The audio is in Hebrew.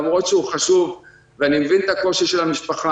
למרות שזה חשוב ואני מבין את הקושי של המשפחה,